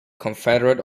confederate